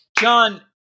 John